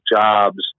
jobs